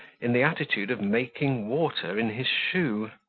in the attitude of making water in his shoe.